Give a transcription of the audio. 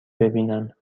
ببینم